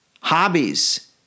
hobbies